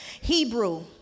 Hebrew